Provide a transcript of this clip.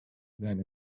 then